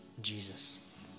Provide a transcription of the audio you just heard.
Jesus